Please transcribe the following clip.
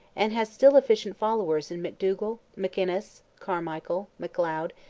and has still efficient followers in macdougall, macinnes, carmichael, macleod,